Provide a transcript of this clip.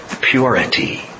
purity